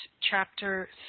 Chapter